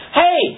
hey